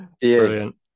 Brilliant